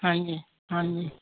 ਹਾਂਜੀ ਹਾਂਜੀ